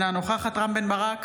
אינה נוכחת רם בן ברק,